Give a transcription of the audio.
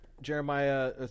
Jeremiah